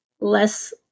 less